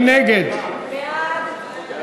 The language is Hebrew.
בעד אביגדור